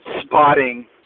spotting